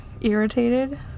irritated